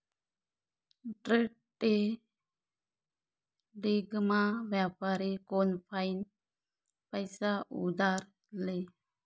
डेट्रेडिंगमा व्यापारी कोनफाईन पैसा उधार ले